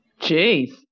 Jeez